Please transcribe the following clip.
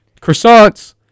Croissants